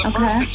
Okay